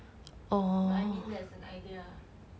but I mean that's an idea lah